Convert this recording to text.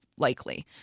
likely